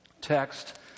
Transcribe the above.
text